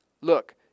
Look